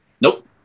nope